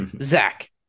Zach